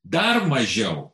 dar mažiau